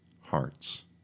Hearts